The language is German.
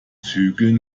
zügeln